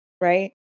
Right